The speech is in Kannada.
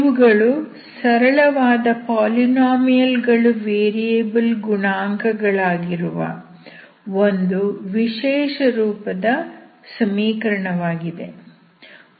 ಇವುಗಳು ಸರಳವಾದ ಪಾಲಿನೋಮಿಯಲ್ ಗಳು ವೇರಿಯಬಲ್ ಗುಣಾಂಕಗಳಾಗಿರುವ ಒಂದು ವಿಶೇಷ ರೂಪದ ಸಮೀಕರಣವಾಗಿದೆ